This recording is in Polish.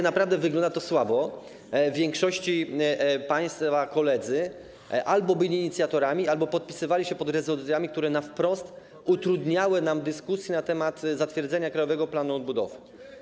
Naprawdę wygląda to słabo, w większości państwa koledzy albo byli inicjatorami rezolucji, albo podpisywali się pod rezolucjami, które wprost utrudniały nam dyskusję na temat zatwierdzenia Krajowego Planu Odbudowy.